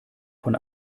von